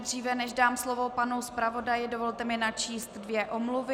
Dříve než dám slovo panu zpravodaji, dovolte mi načíst dvě omluvy.